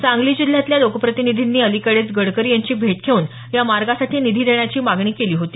सांगली जिल्ह्यातल्या लोकप्रतिनिधींनी अलिकडेच गडकरी यांची भेट घेऊन या मार्गासाठी निधी देण्याची मागणी केली होती